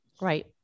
Right